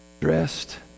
dressed